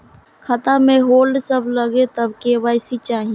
खाता में होल्ड सब लगे तब के.वाई.सी चाहि?